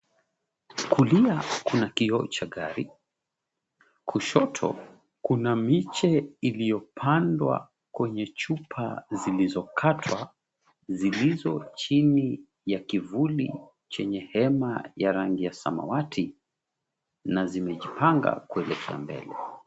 Kulia kuna kio cha gari, kushoto kuna miche iliyo pandwa kwenye chupa zilizo katwa zilizo chini ya kivuli chenye hema ya rangi ya samawati na zimejipanga kuelekea mbele.